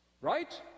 Right